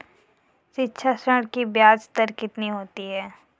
शिक्षा ऋण की ब्याज दर कितनी होती है?